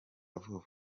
vuba